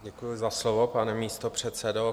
Děkuji za slovo, pane místopředsedo.